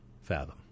fathom